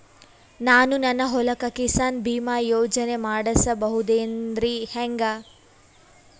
ನಾನು ನನ್ನ ಹೊಲಕ್ಕ ಕಿಸಾನ್ ಬೀಮಾ ಯೋಜನೆ ಮಾಡಸ ಬಹುದೇನರಿ ಹೆಂಗ?